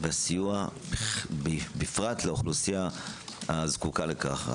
והסיוע בפרט לאוכלוסייה הזקוקה לכך,